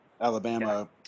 Alabama